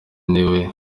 niwe